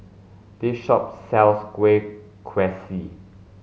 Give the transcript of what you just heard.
this shop sells kueh kaswi